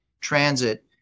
transit